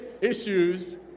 issues